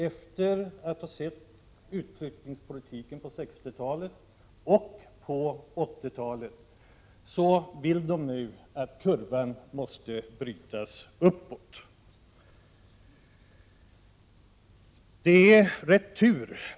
Efter att ha sett utflyttningspolitiken under 1960 talet och 1980-talet vill vi nu att kurvan skall vända uppåt.